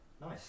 nice